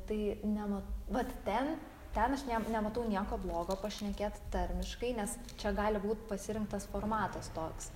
tai ne nu vat ten ten aš niem nematau nieko blogo pašnekėt tarmiškai nes čia gali būt pasirinktas formatas toks